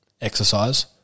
exercise